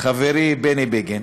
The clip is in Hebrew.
חברי בני בגין,